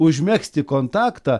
užmegzti kontaktą